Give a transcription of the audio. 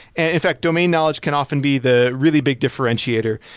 and in fact, domain knowledge can often be the really big differentiator.